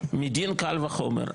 מדין קל וחומר,